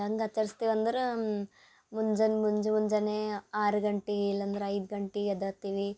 ಹೆಂಗ್ ಆಚರ್ಸ್ತೇವೆ ಅಂದ್ರೆ ಮುಂಜಾನೆ ಮುಂಜ್ ಮುಂಜಾನೆಯ ಆರು ಗಂಟಿಗೆ ಇಲ್ಲಂದ್ರೆ ಐದು ಗಂಟೆಗೆ ಎದ್ದತೀವಿ